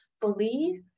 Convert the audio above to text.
believe